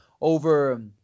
over